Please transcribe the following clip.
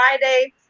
Friday